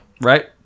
Right